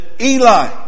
Eli